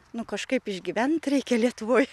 nu kažkaip išgyvent reikia lietuvoj